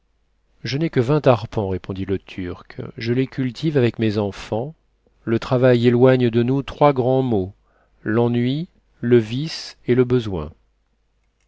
je n'ai que vingt arpents répondit le turc je les cultive avec mes enfants le travail éloigne de nous trois grands maux l'ennui le vice et le besoin